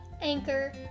Anchor